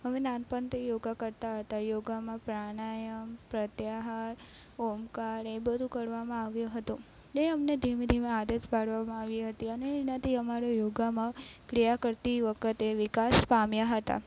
અમે નાનપણથી યોગા કરતા હતા યોગામાં પ્રાણાયામ પ્રત્યાહાર ઓમકાર એ બધું કરવામાં આવ્યું હતું ને અમને ધીમે ધીમે આદત પાડવામાં આવી હતી અને એનાથી અમારો યોગામાં ક્રિયા કરતી વખતે વિકાસ પામ્યા હતા